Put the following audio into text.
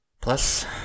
Plus